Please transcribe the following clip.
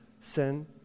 sin